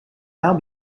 now